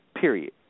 period